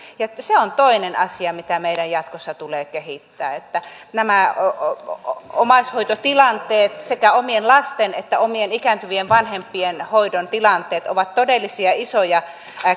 ja se on toinen asia mitä meidän jatkossa tulee kehittää nämä omaishoitotilanteet sekä omien lasten että omien ikääntyvien vanhempien hoidon tilanteet ovat todellisia isoja